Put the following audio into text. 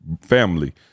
family